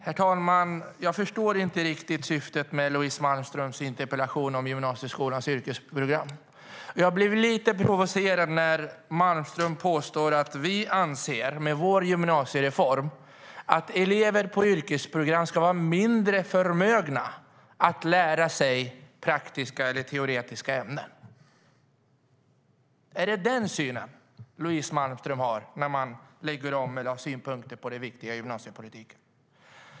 Herr talman! Jag förstår inte riktigt syftet med Louise Malmströms interpellation om gymnasieskolans yrkesprogram. Jag blir lite provocerad när Malmström påstår att vi, genom vår gymnasiereform, anser att elever på yrkesprogram är mindre förmögna att lära sig praktiska eller teoretiska ämnen. Är det denna syn Louise Malmström har när man lägger om eller har synpunkter på den viktiga gymnasiepolitiken?